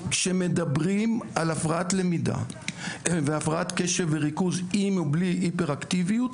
כשמדברים על הפרעת למידה והפרעת קשב וריכוז עם או בלי היפר-אקטיביות,